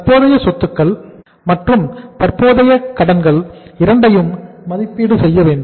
தற்போதைய சொத்துக்கள் மற்றும் தற்போதைய கடன்கள் இரண்டையும் மதிப்பீடு செய்ய வேண்டும்